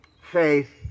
faith